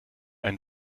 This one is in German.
ein